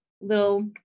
little